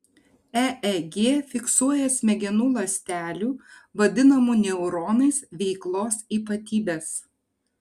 eeg fiksuoja smegenų ląstelių vadinamų neuronais veiklos ypatybes